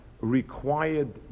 required